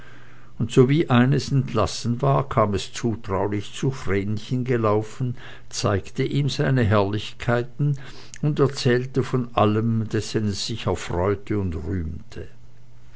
und sowie eines entlassen war kam es zutraulich zu vrenchen gelaufen zeigte ihm seine herrlichkeiten und erzählte von allem dessen es sich erfreute und rühmte